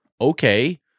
okay